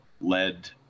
led